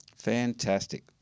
Fantastic